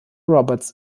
roberts